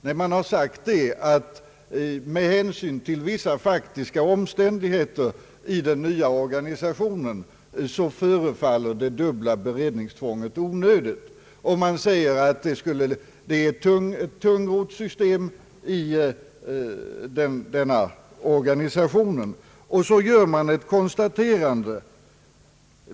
Nej, man har sagt att med hänsyn till vissa faktiska omstän digheter i den nya organisationen förefaller det dubbla beredningstvånget onödigt. Man menar att detta är en tungrodd ordning i den nya organisationen. Sedan gör man ett konstaterande.